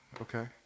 okay